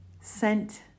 scent